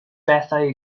bethau